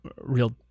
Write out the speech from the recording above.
real